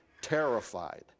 terrified